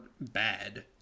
bad